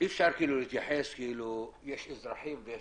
אי אפשר להתייחס כאילו יש אזרחים ויש